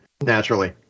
Naturally